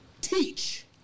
teach